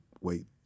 wait